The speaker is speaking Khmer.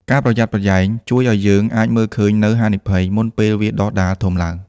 ការប្រយ័ត្នប្រយែងជួយឱ្យយើងអាចមើលឃើញនូវហានិភ័យមុនពេលវាដុះដាលធំឡើង។